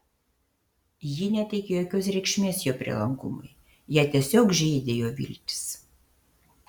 ji neteikė jokios reikšmės jo prielankumui ją tiesiog žeidė jo viltys